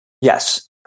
Yes